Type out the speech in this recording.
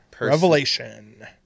Revelation